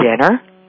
dinner